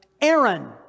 Aaron